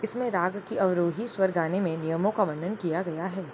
इसमें राग की अवरोही स्वर गाने में नियमों का वर्णन किया गया है